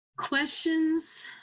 questions